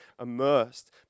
immersed